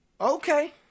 Okay